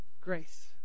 Grace